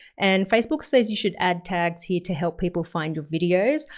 and facebook says you should add tags here to help people find your videos.